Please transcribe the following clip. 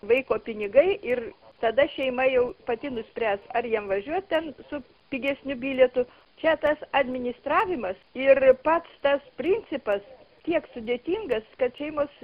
vaiko pinigai ir tada šeima jau pati nuspręs ar jiem važiuot ten su pigesniu bilietu čia tas administravimas ir pats tas principas tiek sudėtingas kad šeimos